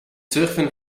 surfen